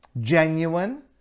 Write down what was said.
genuine